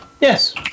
yes